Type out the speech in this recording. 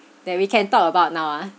that we can talk about now ah